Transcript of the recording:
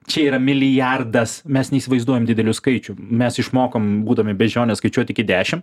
čia yra milijardas mes neįsivaizduojam dideliu skaičių mes išmokom būdami beždžionės skaičiuoti iki dešimt